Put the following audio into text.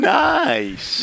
nice